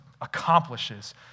accomplishes